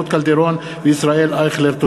רות קלדרון וישראל אייכלר בנושא: אי-סדרים ברשות השידור.